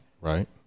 Right